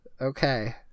Okay